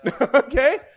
Okay